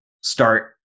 start –